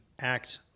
Act